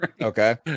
okay